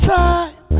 time